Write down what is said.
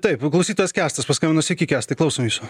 taip klausytas kęstas paskambino sveiki kęstai klausom jūsų